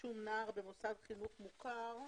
"רישום נער במוסד חינוך מוכר.